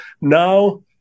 now